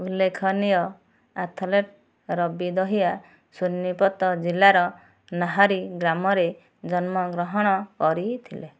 ଉଲ୍ଲେଖନୀୟ ଆଥଲେଟ୍ ରବି ଦହିଆ ସୋନିପତ ଜିଲ୍ଲାର ନାହାରୀ ଗ୍ରାମରେ ଜନ୍ମଗ୍ରହଣ କରିଥିଲେ